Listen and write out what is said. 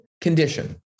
condition